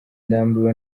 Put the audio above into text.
ndambiwe